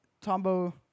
Tombo